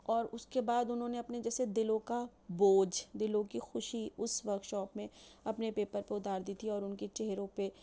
اور اُس کے بعد اُنہوں نے اپنے جیسے دِلوں کا بوجھ دِلوں کی خوشی اُس ورک شاپ میں اپنے پیپر پر اُتار دی تھی اور اُن کے چہروں پہ